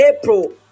April